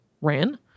ran